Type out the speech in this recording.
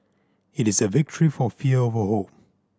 it is a victory for fear over hope